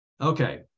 okay